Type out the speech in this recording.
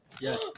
Yes